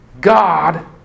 God